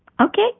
Okay